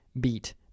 Beat